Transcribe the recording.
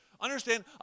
Understand